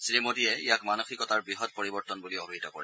শ্ৰীমোদীয়ে ইয়াক মানসিকতাৰ বৃহৎ পৰিৱৰ্তন বুলি অভিহিত কৰে